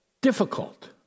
difficult